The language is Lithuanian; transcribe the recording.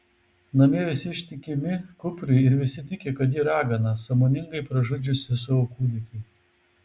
namie visi ištikimi kupriui ir visi tiki kad ji ragana sąmoningai pražudžiusi savo kūdikį